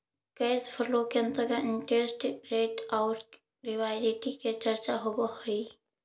cash flow के अंतर्गत interest rate आउ लिक्विडिटी के चर्चा होवऽ हई